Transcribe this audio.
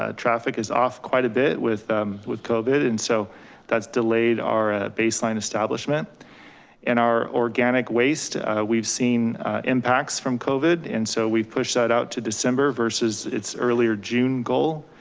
ah traffic is off quite a bit with, with covid. and so that's delayed our ah baseline establishment and our organic waste we've seen impacts from covid. and so we've pushed that out to december versus earlier june goal.